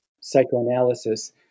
psychoanalysis